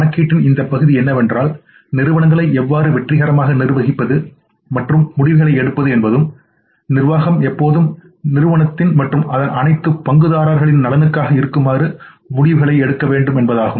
கணக்கீட்டின் இந்த பகுதி என்னவென்றால் நிறுவனங்களை எவ்வாறு வெற்றிகரமாக நிர்வகிப்பது மற்றும் முடிவுகளை எடுப்பது என்பதும் நிர்வாகம் எப்போதும் நிறுவனத்தின் மற்றும் அதன் அனைத்து பங்குதாரர்களின் நலன்களுக்காக இருக்குமாறு முடிவுகளை எடுக்க வேண்டும் என்பதாகும்